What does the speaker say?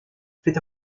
fait